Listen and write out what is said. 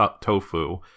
tofu